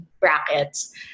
brackets